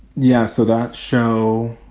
yeah, so that show,